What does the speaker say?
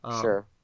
sure